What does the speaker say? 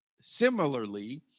Similarly